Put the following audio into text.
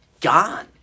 gone